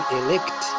elect